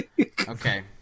Okay